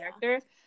character